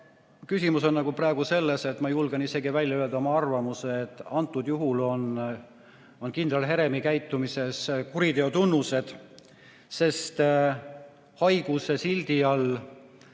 Küsimus on praegu selles – ma julgen välja öelda oma arvamuse –, et antud juhul on kindral Heremi käitumises kuriteo tunnused, sest haiguse sildi all